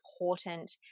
important